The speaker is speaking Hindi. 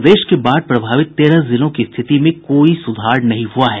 प्रदेश के बाढ़ प्रभावित तेरह जिलों की स्थिति में कोई सुधार नहीं हुआ है